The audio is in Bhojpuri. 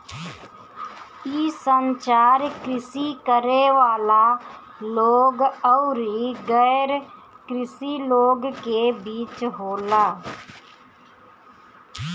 इ संचार कृषि करे वाला लोग अउरी गैर कृषि लोग के बीच होला